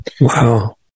Wow